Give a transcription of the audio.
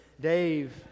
Dave